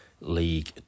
League